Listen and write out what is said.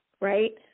Right